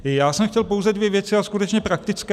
Já jsem chtěl pouze dvě věci, a skutečně praktické.